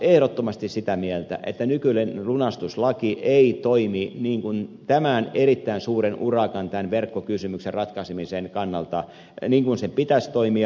ehdottomasti sitä mieltä että nykyinen lunastuslaki ei toimi niin kuin sen pitäisi tämän erittäin suuren urakan tämän verkkokysymyksen ratkaisemisen kannalta toimia